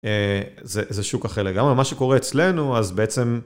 זה שוק אחר. גם על מה שקורה אצלנו, אז בעצם...